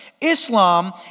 Islam